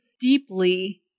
deeply